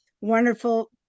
wonderful